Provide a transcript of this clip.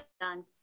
done